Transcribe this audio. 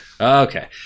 Okay